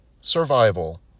survival